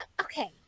Okay